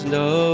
no